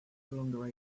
longer